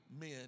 men